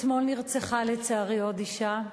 אתמול נרצחה, לצערי, עוד אשה.